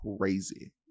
crazy